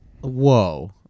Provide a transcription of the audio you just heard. Whoa